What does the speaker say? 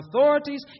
authorities